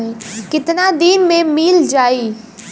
कितना दिन में मील जाई?